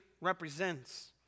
represents